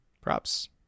Props